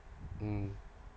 mm